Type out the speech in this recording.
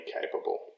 capable